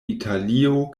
italio